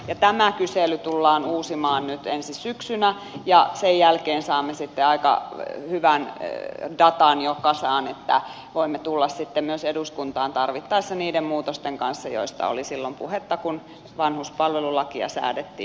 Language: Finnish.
tämä kysely tullaan uusimaan nyt ensi syksynä ja sen jälkeen saamme sitten aika hyvän datan jo kasaan että voimme tulla sitten myös eduskuntaan tarvittaessa niiden muutosten kanssa joista oli puhetta silloin kun vanhuspalvelulakia säädettiin